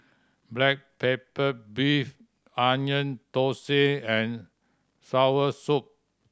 black pepper beef Onion Thosai and soursop